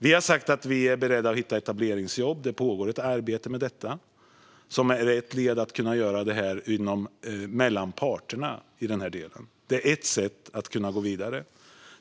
Vi har sagt att vi är beredda att hitta etableringsjobb. Det pågår ett arbete med detta som ett led i att göra det mellan parterna. Det är ett sätt att gå vidare.